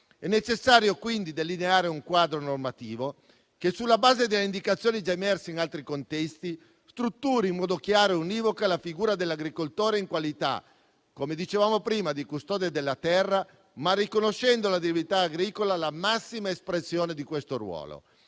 È necessario quindi delineare un quadro normativo che sulla base delle indicazioni già emerse in altri contesti, strutturi in modo chiaro e univoco la figura dell'agricoltore in qualità di custode della terra, riconoscendo però all'attività agricola la massima espressione di questo ruolo.